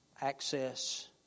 access